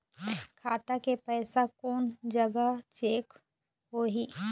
खाता के पैसा कोन जग चेक होही?